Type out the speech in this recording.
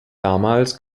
damals